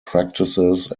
practices